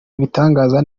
ibitangaza